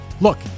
look